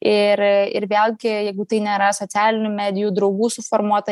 ir ir vėlgi jeigu tai nėra socialinių medijų draugų suformuota